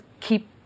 keep